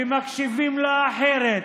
ומקשיבים לה אחרת